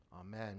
Amen